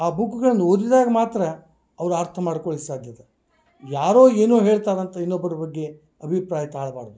ಆ ಬುಕ್ಕುಗಳನ್ನು ಓದಿದಾಗ ಮಾತ್ರ ಅವ್ರು ಅರ್ಥ ಮಾಡ್ಕೊಳ್ಲಿಕ್ಕೆ ಸಾಧ್ಯ ಅದ ಯಾರೋ ಏನೋ ಹೇಳ್ತಾರಂತ ಇನ್ನೊಬ್ರ ಬಗ್ಗೆ ಅಭಿಪ್ರಾಯ ತಾಳಬಾರದು